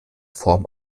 form